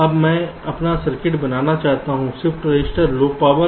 अब मैं अपना सर्किट बनाना चाहता हूं शिफ्ट रजिस्टर लो पॉवर